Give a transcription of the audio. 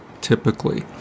typically